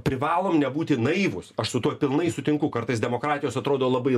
privalom nebūti naivūs aš su tuo pilnai sutinku kartais demokratijos atrodo labai